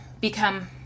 become